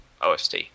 OST